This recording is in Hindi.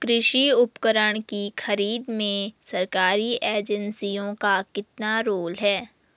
कृषि उपकरण की खरीद में सरकारी एजेंसियों का कितना रोल है?